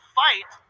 fight